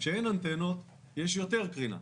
כשאין אנטנות יש יותר קרינה,